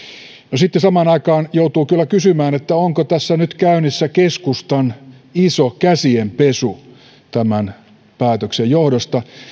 no sitten samaan aikaan joutuu kyllä kysymään että onko tässä nyt käynnissä keskustan iso käsienpesu tämän päätöksen johdosta